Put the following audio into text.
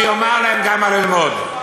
שיאמר להם מה ללמוד.